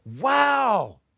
Wow